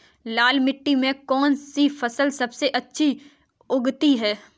लाल मिट्टी में कौन सी फसल सबसे अच्छी उगती है?